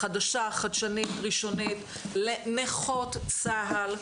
תכנית חדשה חדשנית ראשונית, לנכות צה"ל.